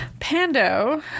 Pando